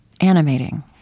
animating